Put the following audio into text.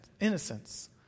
innocence